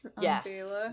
yes